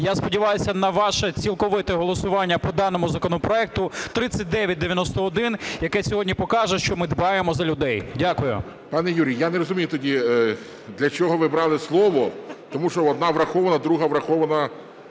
Я сподіваюсь на ваше цілковите голосування по даному законопроекту 3991, яке сьогодні покаже, що ми дбаємо за людей. Дякую. ГОЛОВУЮЧИЙ. Пане Юрію, я не розумію тоді, для чого ви брали слово, тому що одна врахована, друга врахована